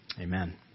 amen